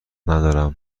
ندارم